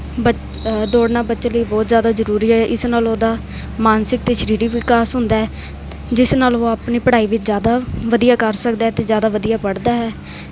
ਬ ਦੌੜਨਾ ਬੱਚੇ ਲਈ ਬਹੁਤ ਜ਼ਿਆਦਾ ਜ਼ਰੂਰੀ ਹੈ ਇਸ ਨਾਲ ਉਹਦਾ ਮਾਨਸਿਕ ਅਤੇ ਸਰੀਰਿਕ ਵਿਕਾਸ ਹੁੰਦਾ ਜਿਸ ਨਾਲ ਉਹ ਆਪਣੀ ਪੜ੍ਹਾਈ ਵਿੱਚ ਜ਼ਿਆਦਾ ਵਧੀਆ ਕਰ ਸਕਦਾ ਅਤੇ ਜ਼ਿਆਦਾ ਵਧੀਆ ਪੜ੍ਹਦਾ ਹੈ